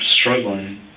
struggling